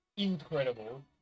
Incredible